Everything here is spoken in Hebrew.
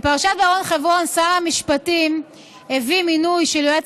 בפרשת בר-און-חברון שר המשפטים הביא מינוי של יועץ